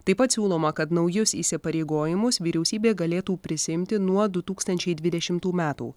taip pat siūloma kad naujus įsipareigojimus vyriausybė galėtų prisiimti nuo du tūkstančiai dvidešimtų metų